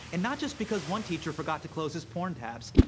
and not just because one teacher forgot to close his porn tabs.